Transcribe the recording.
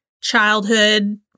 childhood